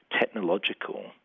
technological